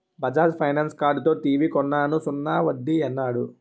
Bajaj finance కార్డుతో TV కొన్నాను సున్నా వడ్డీ యన్నాడు